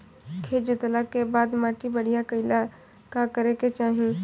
खेत जोतला के बाद माटी बढ़िया कइला ला का करे के चाही?